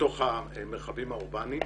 בתוך המרחבים האורבניים.